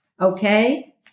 Okay